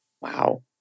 Wow